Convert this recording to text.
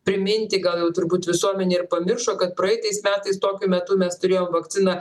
priminti gal jau turbūt visuomenė ir pamiršo kad praeitais metais tokiu metu mes turėjom vakciną